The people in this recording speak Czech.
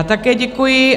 Také děkuji.